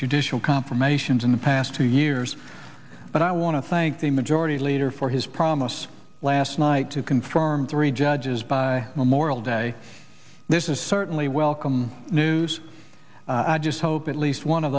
judicial confirmations in the past two years but i want to thank the majority leader for his promise last night to confirm three judges by memorial day this is certainly welcome news i just hope at least one of